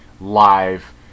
live